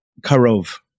Karov